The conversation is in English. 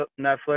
Netflix